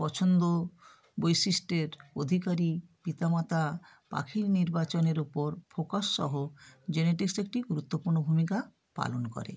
পছন্দ বৈশিষ্ট্যের অধিকারী পিতা মাতা পাখির নির্বাচনের ওপর ফোকাস সহ জেনেটিক্স একটি গুরুত্বপূর্ণ ভূমিকা পালন করে